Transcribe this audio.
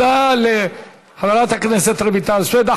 תודה לחברת הכנסת רויטל סויד.